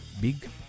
big